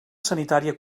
sanitària